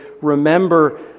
remember